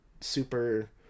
super